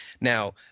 Now